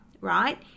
right